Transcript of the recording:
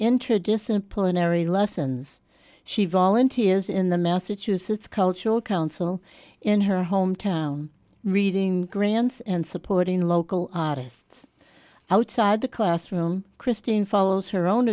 interdisciplinary lessons she volunteers in the massachusetts cultural council in her home town reading grants and supporting local artists outside the classroom christine follows her own